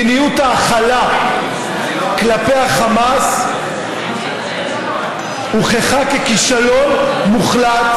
מדיניות ההכלה כלפי החמאס הוכחה ככישלון מוחלט